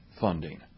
funding